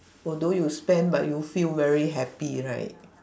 although you spend but you feel very happy right